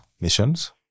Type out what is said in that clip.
missions